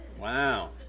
Wow